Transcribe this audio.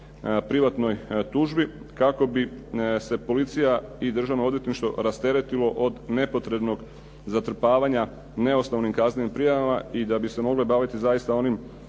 privatnoj tužbi kako bi se policija i državno odvjetništvo rasteretilo od nepotrebnog zatrpavanja neosnovanim kaznenim prijavama i da bi se mogle baviti zaista onim